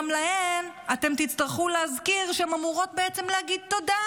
גם להן אתם תצטרכו להזכיר שהן אמורות בעצם להגיד תודה,